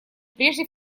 прежде